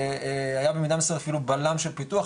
והיה במידה מסויימת אפילו בלם של פיתוח.